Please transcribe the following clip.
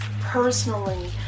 personally